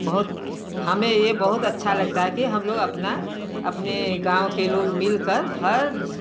बहुत हमें यह बहुत अच्छा लगाता है कि हम लोग अपना अपने गाँव के लोग मिल कर हर